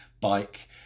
bike